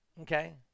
Okay